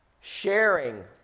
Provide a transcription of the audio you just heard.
sharing